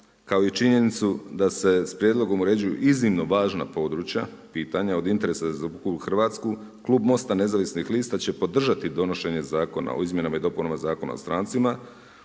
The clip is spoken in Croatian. kao i činjenicu da se sa prijedlogom uređuju iznimno važna područja, pitanja, od interesa za RH, Klub Mosta nezavisnih lista će podržati donošenje Zakona o izmjenama i dopunama Zakona o strancima,